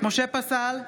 משה פסל,